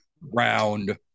round